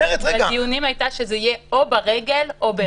היה או ברגל או ברכב.